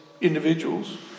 individuals